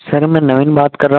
sir मैं नवीन बात कर रहा हूँ